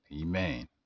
Amen